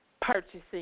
purchasing